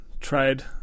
tried